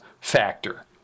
factor